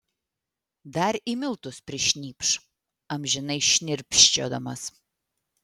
dar į miltus prišnypš amžinai šnirpščiodamas